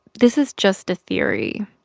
this is just a theory.